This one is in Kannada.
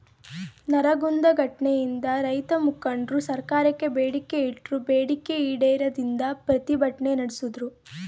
ನರಗುಂದ ಘಟ್ನೆಯಿಂದ ರೈತಮುಖಂಡ್ರು ಸರ್ಕಾರಕ್ಕೆ ಬೇಡಿಕೆ ಇಟ್ರು ಬೇಡಿಕೆ ಈಡೇರದಿಂದ ಪ್ರತಿಭಟ್ನೆ ನಡ್ಸುದ್ರು